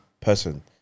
person